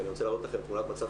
כי אני רוצה להראות לכם תמונת מצב